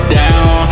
down